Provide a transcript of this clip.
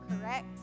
correct